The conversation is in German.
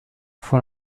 von